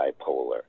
bipolar